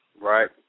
Right